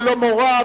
ללא מורא,